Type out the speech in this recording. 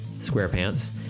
squarepants